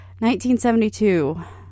1972